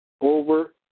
over